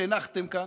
שהנחתם כאן,